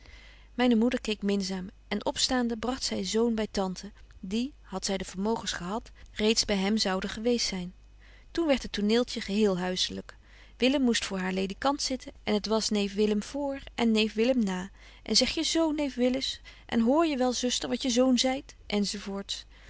myne moeder keek minzaam en opstaande bragt zy zoon by tante die hadt zy de vermogens gehad reeds by hem zoude geweest zyn toen werdt het toneeltje geheel huisselyk willem moest voor haar ledikant zitten en het was neef willem voor en neef willem na en zeg je zo neef willis en hoor je wel zuster wat je zoon zeidt